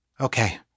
Okay